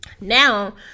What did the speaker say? Now